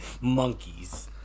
Monkeys